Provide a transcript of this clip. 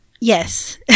yes